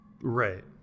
Right